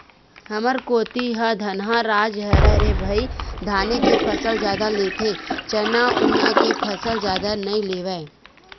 हमर कोती ह धनहा राज हरय रे भई धाने के फसल जादा लेथे चना उना के फसल जादा नइ लेवय